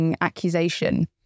accusation